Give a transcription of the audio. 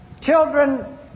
children